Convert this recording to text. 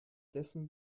dessen